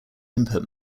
input